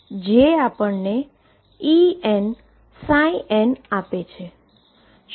જે આપણને Enn આપે છે